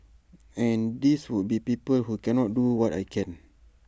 and these would be people who cannot do what I can